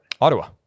Ottawa